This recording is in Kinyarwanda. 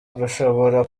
rushobora